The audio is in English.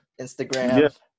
Instagram